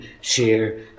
share